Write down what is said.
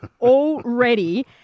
already